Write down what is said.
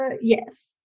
Yes